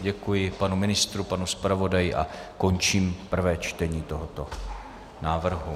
Děkuji panu ministrovi, panu zpravodajovi a končím prvé čtení tohoto návrhu.